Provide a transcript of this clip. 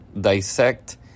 dissect